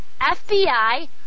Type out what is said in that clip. FBI